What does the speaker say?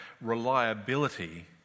reliability